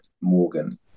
Morgan